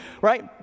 right